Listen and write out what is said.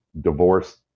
divorced